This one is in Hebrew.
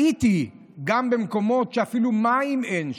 הייתי במקומות שאפילו מים אין שם.